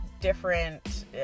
different